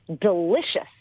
delicious